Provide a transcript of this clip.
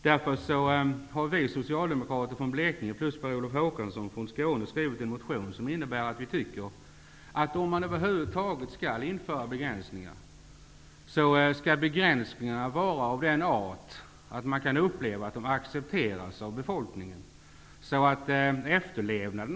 Därför har vi socialdemokrater från Blekinge plus Per-Olof Håkansson från Skåne skrivit en motion där vi anser att om man över huvud taget skall införa begränsningar så skall begränsningarna vara av den art att man kan uppleva att de accepteras av befolkningen så att det efterlevs.